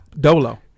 Dolo